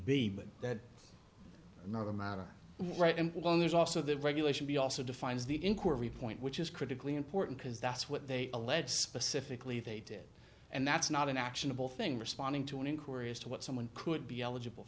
be that another matter right and there's also the regulation be also defines the inquiry point which is critically important because that's what they allege specifically they did and that's not an actionable thing responding to an inquiry as to what someone could be eligible